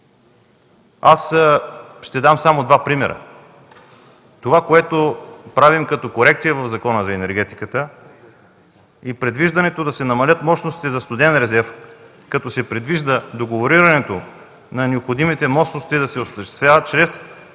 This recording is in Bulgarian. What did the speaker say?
Ще дам два примера. Това, което правим като корекция в Закона за енергетиката, и предвиждането да се намалят мощностите за студен резерв, като се предвижда договорирането на необходимите мощности да се осъществява чрез